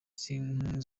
z’inkorano